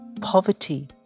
poverty